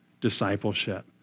discipleship